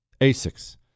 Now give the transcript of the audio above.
ASICs